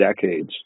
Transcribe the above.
decades